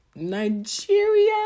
Nigeria